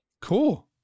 Cool